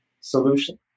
solution